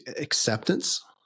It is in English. acceptance